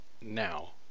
now